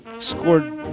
scored